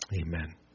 Amen